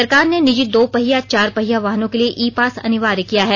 सरकार ने निजी दो पहिया चार पहिया वाहनों के लिए ई पास अनिवार्य किया है